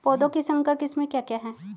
पौधों की संकर किस्में क्या क्या हैं?